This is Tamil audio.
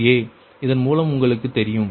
VqVtNqNta இதன் மூலம் உங்களுக்கு தெரியும்